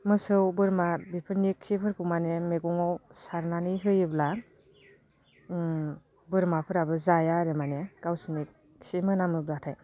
मोसौ बोरमा बेफोरनि खिफोरखौ माने मैगङाव सारनानै होयोब्ला बोरमाफोराबो जाया आरो माने गावसोरनि खि मोनामोब्लाथाय